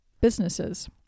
businesses